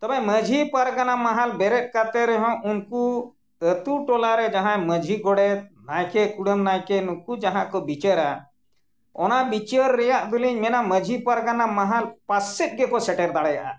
ᱛᱚᱵᱮ ᱢᱟᱺᱡᱷᱤ ᱯᱟᱨᱜᱟᱱᱟ ᱢᱟᱦᱟᱞ ᱵᱮᱨᱮᱫ ᱠᱟᱛᱮᱫ ᱨᱮᱦᱚᱸ ᱩᱱᱠᱩ ᱟᱹᱛᱳ ᱴᱚᱞᱟ ᱨᱮ ᱡᱟᱦᱟᱸᱭ ᱢᱟᱺᱡᱷᱤ ᱜᱚᱰᱮᱛ ᱱᱟᱭᱠᱮ ᱠᱩᱰᱟᱹᱢ ᱱᱟᱭᱠᱮ ᱱᱩᱠᱩ ᱡᱟᱦᱟᱸ ᱠᱚ ᱵᱤᱪᱟᱹᱨᱟ ᱚᱱᱟ ᱵᱤᱪᱟᱹᱨ ᱨᱮᱱᱟᱜ ᱫᱚᱞᱤᱧ ᱢᱮᱱᱟ ᱢᱟᱺᱡᱷᱤ ᱯᱟᱨᱜᱟᱱᱟ ᱢᱟᱦᱟᱞ ᱯᱟᱥᱮᱡ ᱜᱮᱠᱚ ᱥᱮᱴᱮᱨ ᱫᱟᱲᱮᱭᱟᱜᱼᱟ